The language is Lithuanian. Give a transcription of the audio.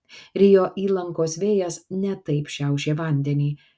rio įlankos vėjas ne taip šiaušė vandenį